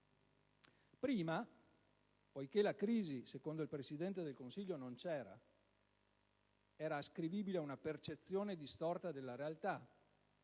Prima, poiché la crisi secondo il Presidente del Consiglio non c'era (era ascrivibile a una percezione distorta della realtà,